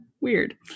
weird